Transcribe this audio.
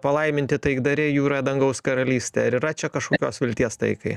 palaiminti taikdariai jų yra dangaus karalystė ar yra čia kažkokios vilties taikai